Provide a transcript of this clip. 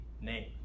name